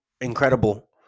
incredible